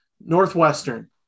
Northwestern